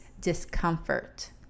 discomfort